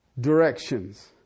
directions